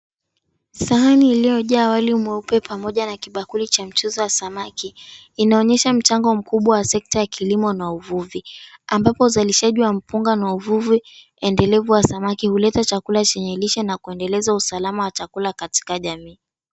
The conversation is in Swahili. Sahani iliojaa wali mweupe pamoja na kibakuli wa mchuzi wa samaki, inaonyesha mchango mkubwa wa sekta ya kilimo na uvuvi, ambapo uzalishaji wa mpunga na uvuvi endelevu wa samaki, huleta chakula chenye lishe na kuendeleza usalama wa chakula katika jamii.